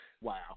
Wow